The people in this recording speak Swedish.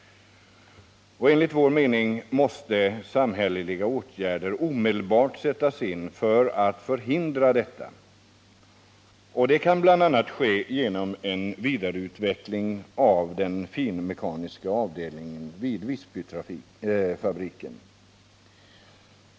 Enligt vår mening måste samhälleliga åtgärder omedelbart sättas in föratt förhindra detta. Och det kan bl.a. ske genom en vidareutveckling av den finmekaniska avdelningen vid Visbyfabriken.